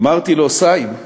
אמרתי לו: סאיב,